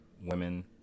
women